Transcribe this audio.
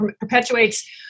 perpetuates